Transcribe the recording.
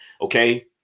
okay